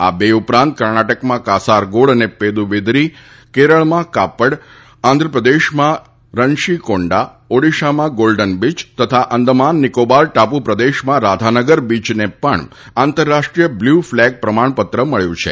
આ બે ઉપરાંત કર્ણાટકમાં કાસારગોડ અને પેદુબીદરી કેરળમાં કાપ્પડ આંધ્રપ્રદેશમાં રનશીકોંડા ઓડીશામાં ગોલ્ડન બીય તથા આંદમના નિકોબાર ટાપુ પ્રદેશમાં રાધાનગર બીચને પણ આંતરરાષ્ટ્રીય બ્લુ ફલેગ પ્રમાણપત્ર મબ્યુ છે